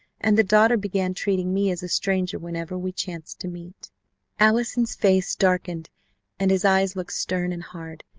and the daughter began treating me as a stranger whenever we chanced to meet allison's face darkened and his eyes looked stern and hard.